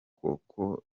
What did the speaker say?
koko